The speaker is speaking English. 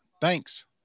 Thanks